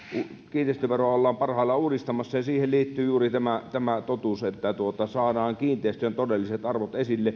kiinteistöveroa ollaan parhaillaan uudistamassa ja siihen liittyy juuri tämä tämä totuus että saadaan kiinteistöjen todelliset arvot esille